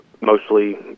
mostly